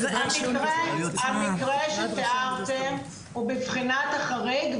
המקרה שתיארתם הוא מבחינת החריג,